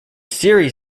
series